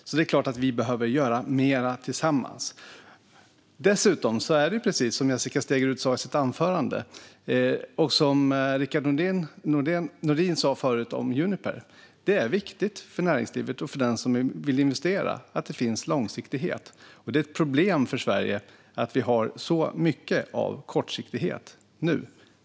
Så det är klart att vi behöver göra mer tillsammans. Dessutom är det precis som Jessica Stegrud sa i sitt anförande och som Rickard Nordin sa förut om Uniper: Det är viktigt för näringslivet och för den som vill investera att det finns långsiktighet. Det är ett problem för Sverige att vi har så mycket av kortsiktighet nu.